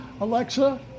Alexa